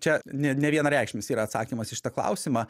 čia ne nevienareikšmis yra atsakymas į šitą klausimą